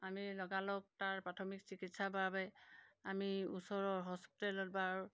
আমি লগালগ তাৰ প্ৰাথমিক চিকিৎসাৰ বাবে আমি ওচৰৰ হস্পিতেলত বা আৰু